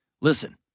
Listen